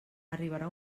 arribarà